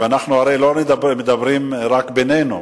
הרי אנחנו לא מדברים רק בינינו,